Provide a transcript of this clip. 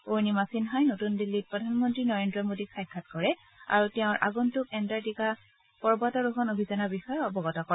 অৰুণিমা সিন্হাই নতুন দিল্লীত প্ৰধানমন্ত্ৰী নৰেদ্ৰ মোডীক সাক্ষাৎ কৰে আৰু তেওঁৰ আগন্তুক এণ্টাটিকা পৰ্বতাৰোহণ অভিযানৰ বিষয়ে অৱগত কৰে